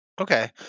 okay